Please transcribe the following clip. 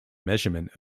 measurement